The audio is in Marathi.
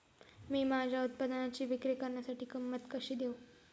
मी माझ्या उत्पादनाची विक्री करण्यासाठी किंमत कशी देऊ?